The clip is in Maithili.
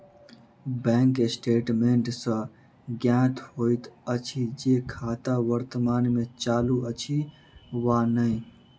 बैंक स्टेटमेंट सॅ ज्ञात होइत अछि जे खाता वर्तमान मे चालू अछि वा नै